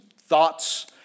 thoughts